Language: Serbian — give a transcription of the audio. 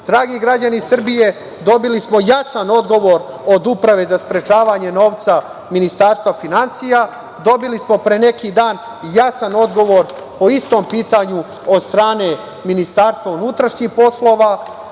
građani Srbije dobili smo jasan odgovor od Uprave za sprečavanje pranja novca, Ministarstva finansija. Dobili smo pre neki dan i jasan odgovor o istom pitanju od strane Ministarstva unutrašnjih poslova. Ovim